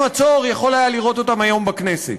עצור יכול היה לראות אותם היום בכנסת.